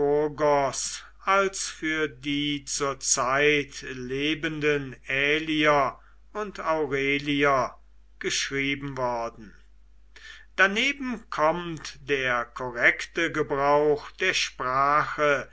als für die zur zeit lebenden aelier und aurelier geschrieben worden daneben kommt der korrekte gebrauch der sprache